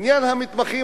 בעניין המתמחים,